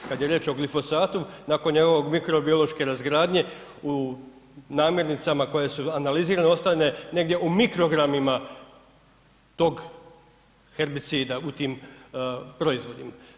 Kad je riječ o glifosatu, nakon njegove mikrobiološke razgradnje u namirnicama koje su analizirane, ostane negdje u mikrogramima tog herbicida u tim proizvodima.